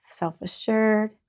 self-assured